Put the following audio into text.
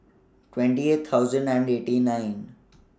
twenty eight thousand and eighty nine